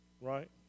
right